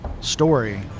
story